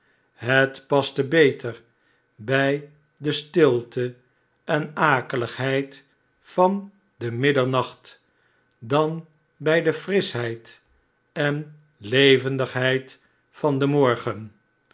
het paste beter bij de stilte en akeligheid van den middernacht dan bi de frischheid en levendigheid van den morgen